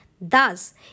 Thus